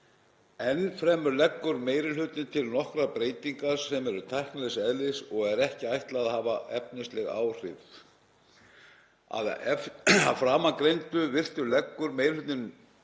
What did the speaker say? Enn fremur leggur meiri hlutinn til nokkrar breytingar sem eru tæknilegs eðlis og er ekki ætlað að hafa efnisleg áhrif. Að framangreindu virtu leggur meiri hlutinn